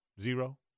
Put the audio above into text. Zero